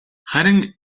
харин